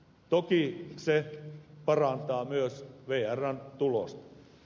toki se parantaa myös vrn tulosta